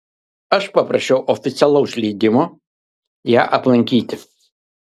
aš paprašiau oficialaus leidimo ją aplankyti